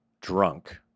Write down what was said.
drunk